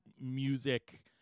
music